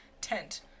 tent